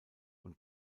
und